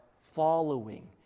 following